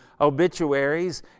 obituaries